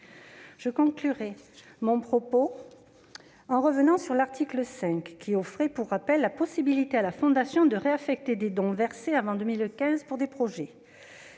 Je conclurai mon propos en revenant sur l'article 5, qui offrait à la Fondation la possibilité de réaffecter des dons versés avant 2015 pour des projets